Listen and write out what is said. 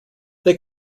they